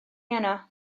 yno